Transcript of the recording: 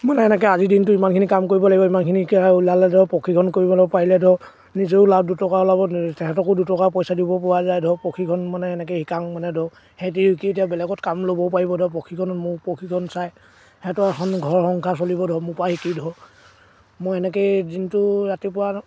মানে এনেকৈ আজিৰ দিনটো ইমানখিনি কাম কৰিব লাগিব ইমানখিনি ওলোৱালৈকে প্ৰশিক্ষণ কৰিবলৈ পাৰিলে ধৰক নিজেও লাভ দুটকা ওলাব তাহাঁতকো দুটকা পইচা দিব পৰা যায় ধৰক প্ৰশিক্ষণ মানে এনেকৈ শিকাওঁ মানে ধৰক সিহঁতে কি এতিয়া বেলেগত কাম ল'ব পাৰিব ধৰক প্ৰশিক্ষণত মোৰ প্ৰশিক্ষণ চাই সিহঁতৰ এখন ঘৰ সংসাৰ চলিব ধৰক মোৰ পৰাই শিকি ধৰক মই এনেকেই দিনটো ৰাতিপুৱা